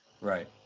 Right